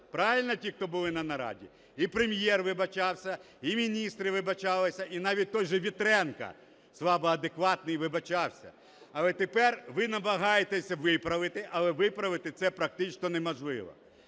правильно, ті хто були на нараді? І прем'єр вибачався, і міністри вибачалися, і навіть той же Вітренко, слабо адекватний, вибачався. Але тепер ви намагаєтесь виправити, але виправити це практично неможливо.